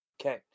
Okay